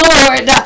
Lord